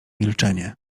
milczenie